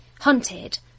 hunted